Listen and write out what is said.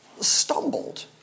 stumbled